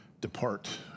depart